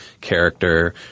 character